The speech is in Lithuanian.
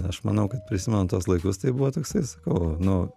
aš manau kad prisimenant tuos laikus tai buvo toksai sakau nu